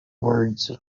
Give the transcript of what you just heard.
words